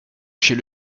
chez